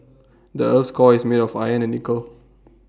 the Earth's core is made of iron and nickel